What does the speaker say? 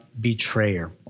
betrayer